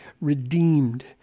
redeemed